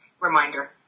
reminder